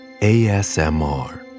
ASMR